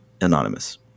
anonymous